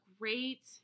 great